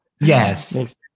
yes